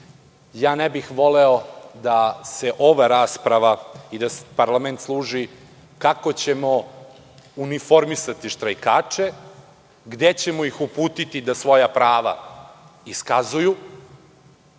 prave. Ne bih voleo da ova rasprava i parlament služi kako ćemo uniformisati štrajkače, gde ćemo ih uputiti da svoja prava iskazuju.